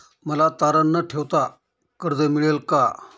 मला तारण न ठेवता कर्ज मिळेल का?